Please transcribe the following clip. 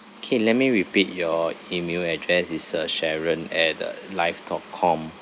okay let me repeat your email address is uh sharon at the live dot com